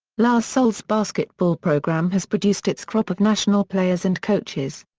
la salle's basketball program has produced its crop of national players and coaches.